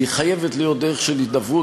חייבת להיות דרך של הידברות,